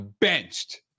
benched